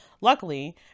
Luckily